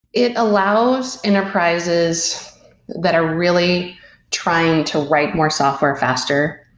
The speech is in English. it allows enterprises that are really trying to write more software faster.